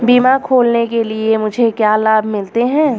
बीमा खोलने के लिए मुझे क्या लाभ मिलते हैं?